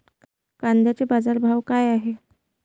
कांद्याचे बाजार भाव का हाये?